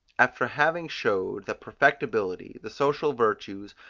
after having showed, that perfectibility, the social virtues,